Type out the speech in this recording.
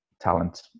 talent